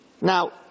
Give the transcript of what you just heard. Now